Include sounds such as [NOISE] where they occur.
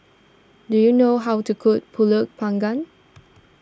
do you know how to cook Pulut Panggang [NOISE]